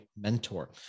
mentor